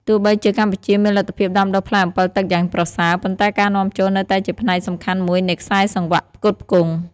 ទោះបីជាកម្ពុជាមានលទ្ធភាពដាំដុះផ្លែអម្ពិលទឹកយ៉ាងប្រសើរ ប៉ុន្តែការនាំចូលនៅតែជាផ្នែកសំខាន់មួយនៃខ្សែសង្វាក់ផ្គត់ផ្គង់។